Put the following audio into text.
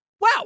Wow